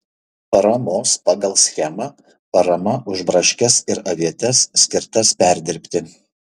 paramos pagal schemą parama už braškes ir avietes skirtas perdirbti